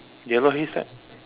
yellow haystack